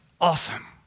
awesome